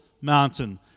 mountain